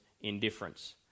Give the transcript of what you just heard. indifference